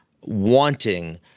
wanting